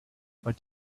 but